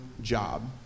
job